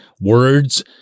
words